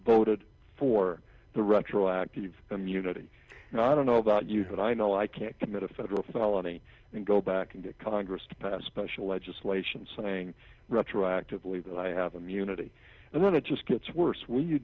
voted for the retroactive immunity i don't know about you but i know i can't commit a federal felony and go back and get congress to pass special legislation saying retroactively that i have immunity and then it just gets worse when you